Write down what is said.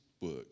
work